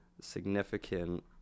significant